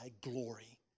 glory